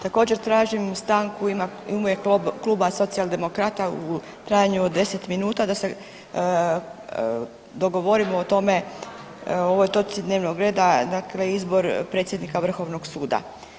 Također tražim stanku u ime Kluba socijaldemokrata u trajanju od 10 minuta da se dogovorimo o tome o ovoj točci dnevnog reda, dakle izbor predsjednika Vrhovnog suda.